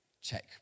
Check